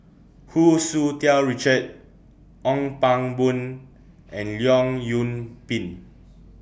Hu Tsu Tau Richard Ong Pang Boon and Leong Yoon Pin